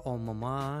o mama